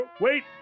Wait